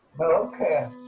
Okay